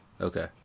Okay